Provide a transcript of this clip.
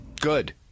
Good